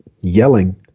yelling